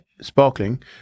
sparkling